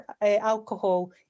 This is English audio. alcohol